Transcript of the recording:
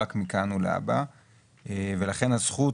רק מכאן ולהבא ולכן הזכות,